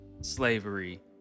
slavery